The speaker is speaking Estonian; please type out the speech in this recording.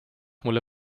mulle